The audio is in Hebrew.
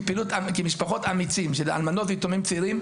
אנחנו כמשפחות ב"אמיצים" של אלמנות ויתומים צעירים,